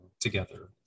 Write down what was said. together